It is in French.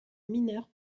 mineures